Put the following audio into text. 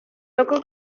loco